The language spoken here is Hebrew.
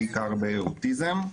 בעיקר באוטיזם.